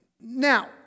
Now